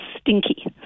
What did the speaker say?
stinky